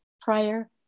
prior